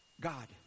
God